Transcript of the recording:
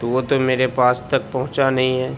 تو وہ تو میرے پاس تک پہنچا نہیں ہے